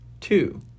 Two